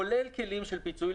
כולל כלים של פיצוי,